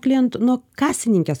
klientų nuo kasininkės